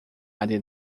área